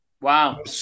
Wow